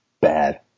bad